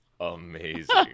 amazing